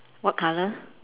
what colour